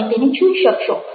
તમે તેને જોઈ શકશો